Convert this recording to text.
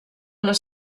les